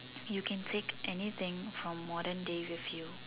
you can take anything from modern days with you